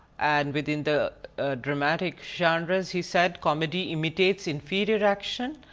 and within the dramatic genres, he said comedy imitates inferior action.